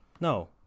No